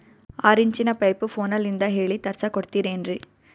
ಆರಿಂಚಿನ ಪೈಪು ಫೋನಲಿಂದ ಹೇಳಿ ತರ್ಸ ಕೊಡ್ತಿರೇನ್ರಿ?